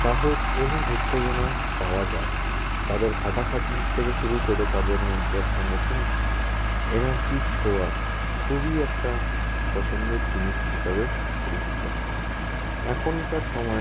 সাহস এবং উত্তেজনা পাওয়া যায় তাদের খাটাখাটনির থেকে শুরু করে তাদের মধ্যে একটা নতুন এনার্জির ছোঁয়া খুবই একটা পছন্দের জিনিস হিসাবে পরিচিত হয় এখনকার সময়ে